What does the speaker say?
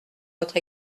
votre